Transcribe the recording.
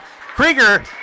Krieger